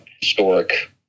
historic